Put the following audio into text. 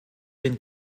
been